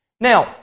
Now